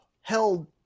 held